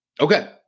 Okay